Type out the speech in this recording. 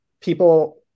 People